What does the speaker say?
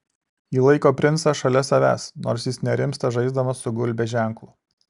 ji laiko princą šalia savęs nors jis nerimsta žaisdamas su gulbės ženklu